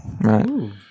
Right